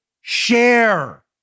share